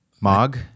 Mog